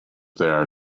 there